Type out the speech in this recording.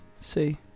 See